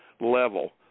level